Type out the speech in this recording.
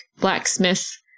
blacksmith